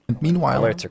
meanwhile